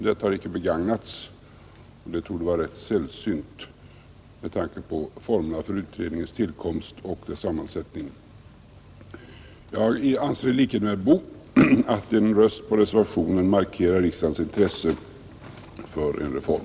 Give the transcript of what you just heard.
Detta har inte begagnats och torde vara rätt sällsynt med tanke på formerna för utredningens tillkomst och dess sammansättning. Jag anser i likhet med herr Boo att en röst på reservationen markerar riksdagens intresse för en reform.